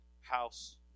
House